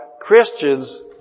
Christians